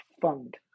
fund